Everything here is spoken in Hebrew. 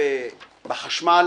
הצפויה בחשמל